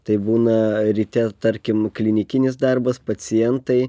tai būna ryte tarkim klinikinis darbas pacientai